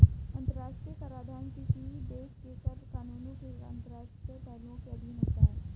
अंतर्राष्ट्रीय कराधान किसी देश के कर कानूनों के अंतर्राष्ट्रीय पहलुओं के अधीन होता है